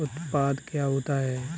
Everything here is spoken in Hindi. उत्पाद क्या होता है?